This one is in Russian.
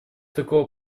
такого